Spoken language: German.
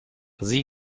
sie